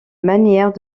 manière